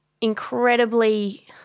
incredibly